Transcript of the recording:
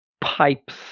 pipes